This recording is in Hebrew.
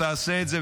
תעשה את זה,